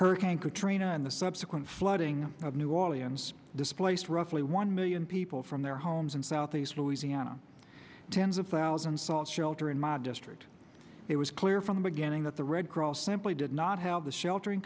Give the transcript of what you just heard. hurricane katrina and the subsequent flooding of new orleans displaced roughly one million people from their homes in southeast louisiana tens of thousands sought shelter in my district it was clear from the beginning that the red cross simply did not have the sheltering